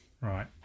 Right